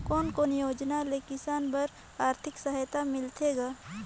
कोन कोन योजना ले किसान बर आरथिक सहायता मिलथे ग?